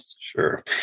Sure